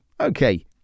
Okay